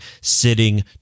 sitting